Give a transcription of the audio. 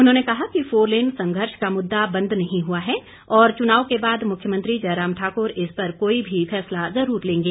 उन्होंने कहा कि फोरलेन संघर्ष का मुद्दा बंद नही हुआ है और चुनाव के बाद मुख्यमंत्री जयराम ठाकुर इस पर कोई भी फैसला जरूर लेंगे